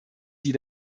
sie